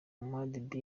mohammed